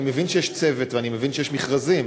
אני מבין שיש צוות ואני מבין שיש מכרזים,